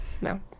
No